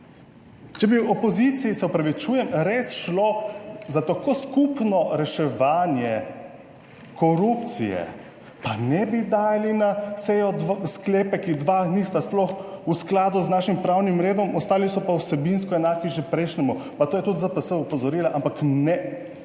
Če bi v opoziciji, se opravičujem, res šlo za tako skupno reševanje korupcije, pa ne bi dali na sejo sklepe, ki dva nista sploh v skladu z našim pravnim redom, ostali so pa vsebinsko enaki že prejšnjemu. Pa to je tudi ZPS opozorila, ampak ne,